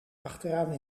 achteraan